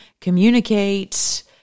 communicate